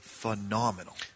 Phenomenal